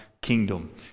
kingdom